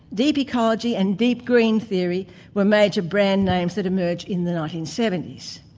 deep ecology and deep green theory were major brand names that emerged in the nineteen seventy s.